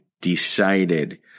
decided